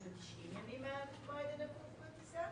שזה 90 ימים מהמועד הנקוב בטיסה,